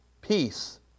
peace